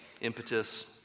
Impetus